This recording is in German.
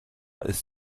ist